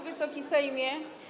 Wysoki Sejmie!